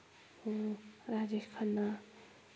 Rajesh Khanna